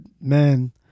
man